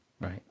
Right